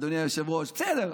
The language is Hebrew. אדוני היושב-ראש, בסדר.